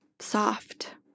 soft